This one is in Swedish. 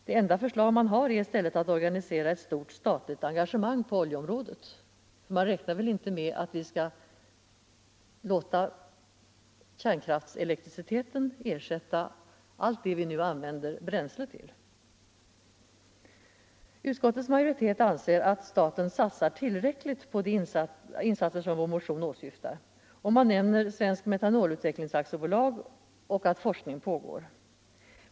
Det enda förslag man har är i stället att organisera ett stort statligt engagemang på oljeområdet. För man räknar väl inte med att kärnkraftselektriciteten skall kunna användas till allt det som vi nu använder bränsle till? Utskottets majoritet anser att staten satsar tillräckligt på de insatser som vår motion åsyftar och nämner Svensk Metanolutveckling AB samt säger att forskning pågår.